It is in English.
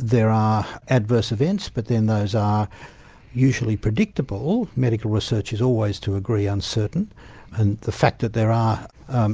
there are adverse events but then those are usually predictable. medical research is always to a degree uncertain and the fact that there are